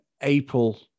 April